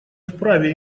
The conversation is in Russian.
вправе